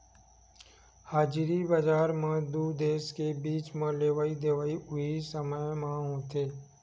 हाजिरी बजार म दू देस के बीच म लेवई देवई उहीं समे म होथे